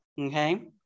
okay